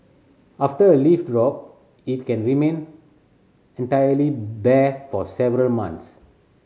after a leaf drop it can remain entirely bare for several months